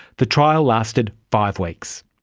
the trial lasted five weeks.